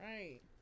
Right